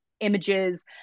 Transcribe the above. images